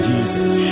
Jesus